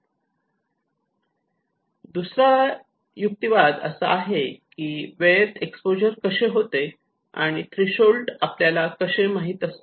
याचा दुसरा युक्तिवाद असा आहे की वेळेत एक्सपोजर कसे होते आणि थ्रेशोल्ड आपल्याला कसे माहित असते